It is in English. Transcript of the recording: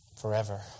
forever